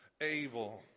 able